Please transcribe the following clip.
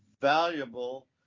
valuable